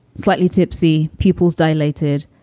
slightly tipsy, pupils dilated,